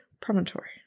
Promontory